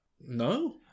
No